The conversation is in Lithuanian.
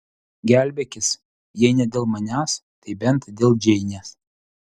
gelbėkis jei ne dėl manęs tai bent dėl džeinės